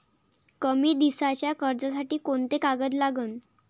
कमी दिसाच्या कर्जासाठी कोंते कागद लागन?